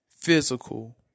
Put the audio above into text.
Physical